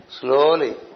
Slowly